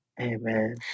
Amen